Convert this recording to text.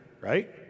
right